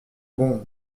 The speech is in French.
bon